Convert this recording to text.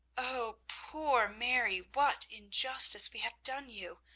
oh, poor mary, what injustice we have done you!